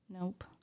nope